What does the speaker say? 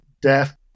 death